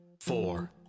four